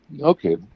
okay